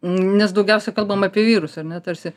nes daugiausia kalbam apie vyrus ar ne tarsi